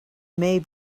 may